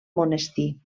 monestir